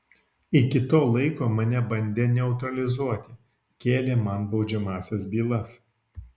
iki to laiko mane bandė neutralizuoti kėlė man baudžiamąsias bylas